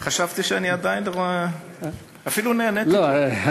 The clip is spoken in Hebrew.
חשבתי שאני עדיין, אפילו נהניתי פה.